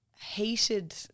hated